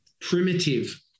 primitive